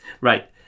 Right